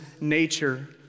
nature